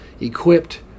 equipped